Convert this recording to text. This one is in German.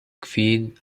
queen